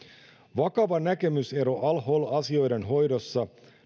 vakava näkemysero al hol asioiden hoidossa